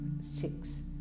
six